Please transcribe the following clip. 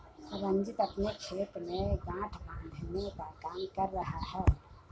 रंजीत अपने खेत में गांठ बांधने का काम कर रहा है